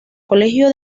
colegio